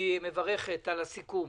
היא מברכת על הסיכום